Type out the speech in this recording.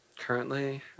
Currently